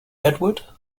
edward